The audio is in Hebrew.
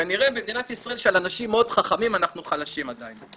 כנראה במדינת ישראל של אנשים מאוד חכמים אנחנו חלשים עדיין.